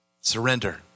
Surrender